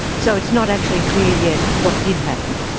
so it's not actually clear yet what did happen?